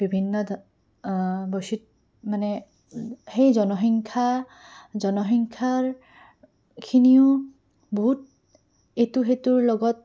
বিভিন্ন বৈচিত্ৰ মানে সেই জনসংখ্যা জনসংখ্যাখিনিও বহুত ইটো সিটোৰ লগত